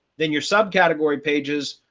then your subcategory pages,